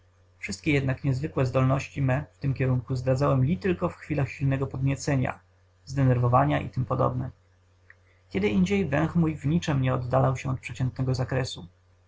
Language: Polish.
wszystkie jednak niezwykłe zdolności me w tym kierunku zdradzałem li tylko w chwili silnego podniecenia zdenerwowania itp kiedyindziej węch mój w niczem nie oddalał się od przeciętnego zakresu